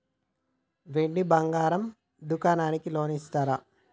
వెండి బంగారం దుకాణానికి లోన్ ఇస్తారా?